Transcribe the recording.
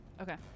Okay